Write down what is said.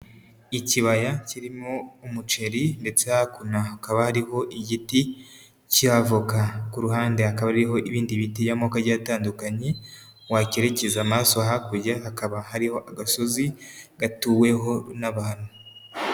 Ikibaya kirimo umuceri ndetse hakuno hakaba hariho igiti cy'avoka, ku ruhande hakaba hariho ibindi biti by'amoko agiye atandukanye, wakerekeza amaso hakurya hakaba hariho agasozi gatuweho n'abantu.